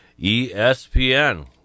ESPN